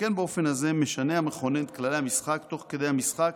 שכן באופן הזה משנה המכונן את כללי המשחק תוך כדי המשחק